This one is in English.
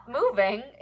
moving